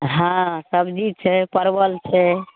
हँ सब्जी छै परवल छै